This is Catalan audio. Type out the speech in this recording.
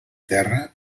terra